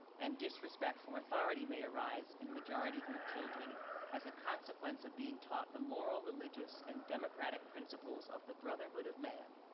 and disrespect for authority may arise in majority group children as a consequence of being taught the moral, religious and democratic principles of the brotherhood of man